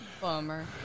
Bummer